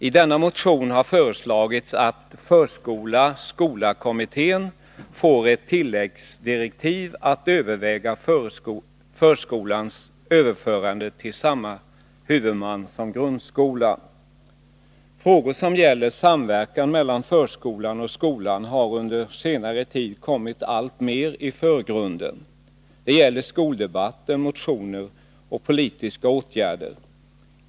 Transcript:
I den motionen har det föreslagits att Förskola-skola-kommittén får ett tilläggsdirektiv att överväga förskolans överförande till samma huvudman som grundskolan. Frågor som gäller samverkan mellan förskola och skola har under senare tid kommit alltmer i förgrunden. Det gäller skoldebatten och i fråga om motioner och politiska åtgärder.